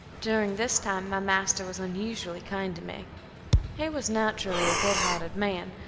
during this time my master was unusually kind to me he was naturally a good-hearted man,